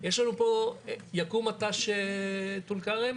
יקום מט"ש טול כרם,